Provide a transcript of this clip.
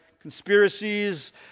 Conspiracies